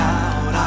out